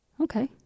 Okay